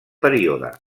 període